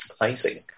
Amazing